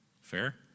Fair